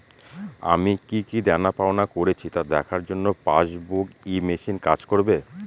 আমি কি কি দেনাপাওনা করেছি তা দেখার জন্য পাসবুক ই মেশিন কাজ করবে?